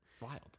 wild